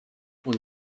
und